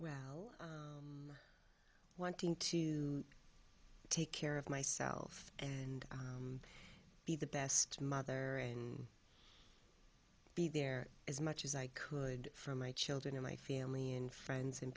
well wanting to take care of myself and be the best mother and be there as much as i could from my children in my family and friends and